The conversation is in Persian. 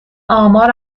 آمار